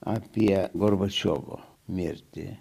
apie gorbačiovo mirtį